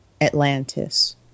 Atlantis